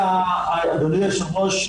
אדוני היושב ראש,